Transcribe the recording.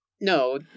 no